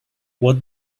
what